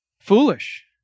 foolish